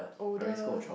older